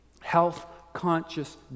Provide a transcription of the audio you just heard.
health-conscious